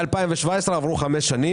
מ-2017 עברו חמש שנים.